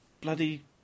bloody